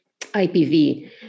IPV